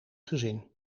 gezin